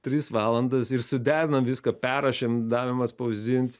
tris valandas ir suderinom viską perrašėm davėm atspausdint